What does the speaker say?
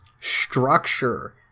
...structure